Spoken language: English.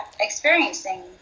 experiencing